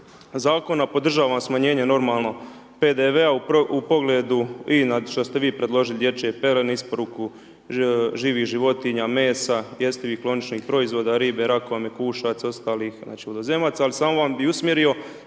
zakona, podržavam smanjenje, normalno PDV-a u pogledu INA, što ste vi predložili, dječje pelene, isporuku živih životinja, mesa, jestivih kloničnih proizvoda, riba, rakova, mekušaca, ostalih vodozemaca, ali samo bi vam usmjerio,